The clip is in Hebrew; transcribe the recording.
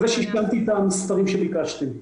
אני מקווה שעדכנתי את המספרים שביקשתם.